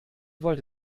wollte